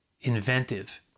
inventive